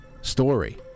story